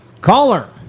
Caller